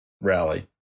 rally